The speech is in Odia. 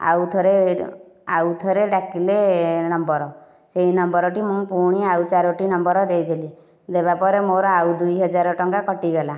ଆଉଥରେ ଆଉଥରେ ଡ଼ାକିଲେ ନମ୍ବର ସେଇ ନମ୍ବର ଟି ମୁଁ ପୁଣି ଆଉ ଚାରୋଟି ନମ୍ବର ଦେଇଦେଲି ଦେବାପରେ ମୋର ଆଉ ଦୁଇ ହଜାର ଟଙ୍କା କଟିଗଲା